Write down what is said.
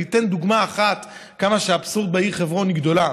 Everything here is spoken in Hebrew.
אני אתן דוגמה אחת לכמה שהאבסורד בעיר חברון הוא גדול.